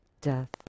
death